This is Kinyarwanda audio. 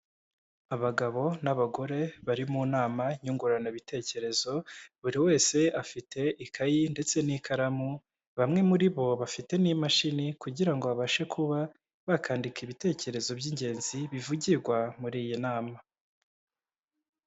Abagabo n'abagore bari mu nama nyunguranabitekerezo, buri wese afite ikayi ndetse n'ikaramu, bamwe muri bo bafite n'imashini kugira ngo babashe kuba bakandika ibitekerezo by'ingenzi bivugirwa muri iyi nama.